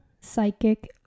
psychic